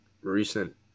recent